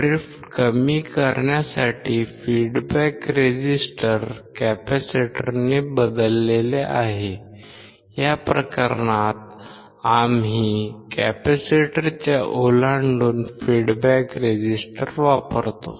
drift कमी करण्यासाठी feedback resistor कॅपेसिटरने बदलले आहे या प्रकरणात आम्ही कॅपेसिटरच्या ओलांडून फीडबॅक रेझिस्टर वापरतो